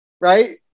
right